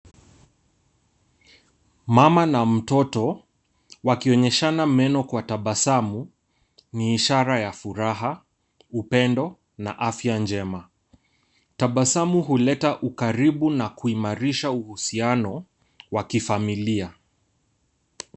Mama na mtoto wakionyeshana meno kwa tabasamu, ni ishara ya furaha, upendo na afya njema. Tabasamu huleta ukaribu na kuimarisha uhusiano wa kifamilia.